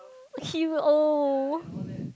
he old